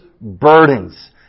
burdens